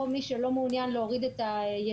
או מי שלא מעוניין להוריד את היישומון.